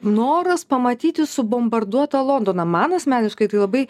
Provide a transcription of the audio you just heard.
noras pamatyti subombarduotą londoną man asmeniškai tai labai